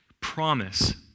promise